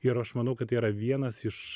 ir aš manau kad tai yra vienas iš